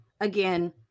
again